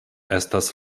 estas